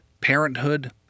parenthood